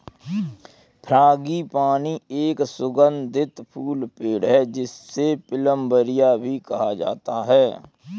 frangipani एक सुगंधित फूल पेड़ है, जिसे प्लंबरिया भी कहा जाता है